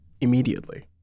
immediately